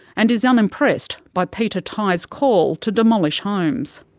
and is unimpressed by peter tighe's call to demolish homes.